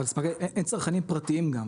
אין צרכנים פרטיים גם,